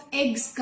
eggs